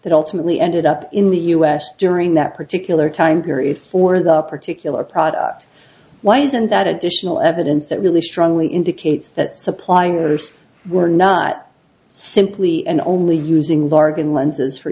that ultimately ended up in the us during that particular time period for the particular product why isn't that additional evidence that really strongly indicates that suppliers were not simply and only using large in lenses for